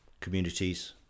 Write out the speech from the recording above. communities